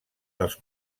dels